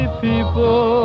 people